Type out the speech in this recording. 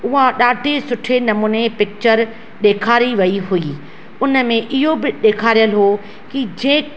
उहा ॾाढे सुठे नमूने पिचर ॾेखारी वेई हुई उन में इहो बि ॾेखारियलु हुओ की जंहिं